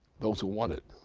those who want it.